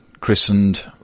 christened